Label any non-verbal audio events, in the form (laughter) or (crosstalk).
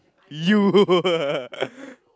you (laughs)